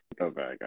Okay